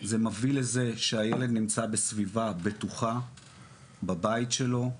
זה מביא לזה שהילד נמצא בסביבה בטוחה בבית שלו,